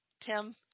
Tim